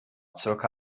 circa